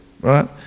right